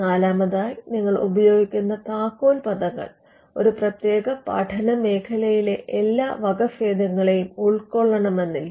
നാലാമതായി നിങ്ങൾ ഉപയോഗിക്കുന്ന താക്കോൽ പദങ്ങൾ ഒരു പ്രതേക പഠന മേഖലയിലെ എല്ലാ വകഭേദങ്ങളെയും ഉൾക്കൊള്ളണമെന്നില്ല